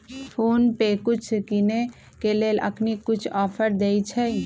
PhonePe कुछ किनेय के लेल अखनी कुछ ऑफर देँइ छइ